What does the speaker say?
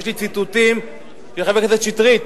יש לי ציטוטים של חבר הכנסת שטרית,